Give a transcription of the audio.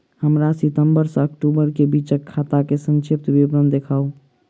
हमरा सितम्बर सँ अक्टूबर केँ बीचक खाता केँ संक्षिप्त विवरण देखाऊ?